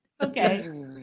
okay